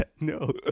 no